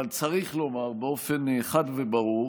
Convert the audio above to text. וצריך לומר באופן חד וברור